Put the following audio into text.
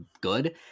good